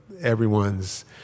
everyone's